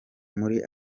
muri